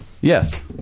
Yes